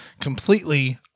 completely